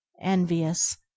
envious